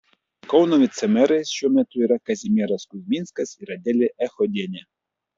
kauno vicemerais šiuo metu yra kazimieras kuzminskas ir adelė echodienė